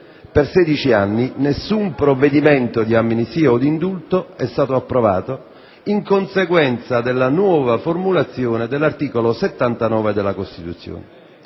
per 16 anni - nessun provvedimento di amnistia o di indulto è stato approvato in conseguenza della nuova formulazione dell'articolo 79 della Costituzione.